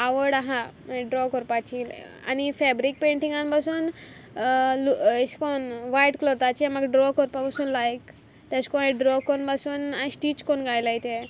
आवड आहा ड्रॉ कोरपाची आनी फेब्रीक पेंटिंगान पासून एशें कोन्न व्हायट क्लोथाचेर म्हाका ड्रॉ करपा पासून लायक तेशे को हांयें ड्रॉ कोन्न पासून हांयें स्टीच कोरून घायल्याय ते